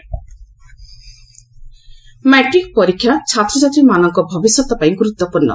ପ୍ରସ୍ତୁତି ବୈଠକ ମାଟ୍ରିକ ପରୀକ୍ଷା ଛାତ୍ରଛାତ୍ରୀମାନଙ୍କ ଭବିଷ୍ୟତ ପାଇଁ ଗୁରୁତ୍ୱପୂର୍ଣ୍ଣ